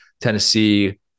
Tennessee